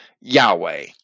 Yahweh